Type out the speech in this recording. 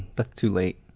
that's too late,